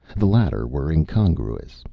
the latter were incongruous,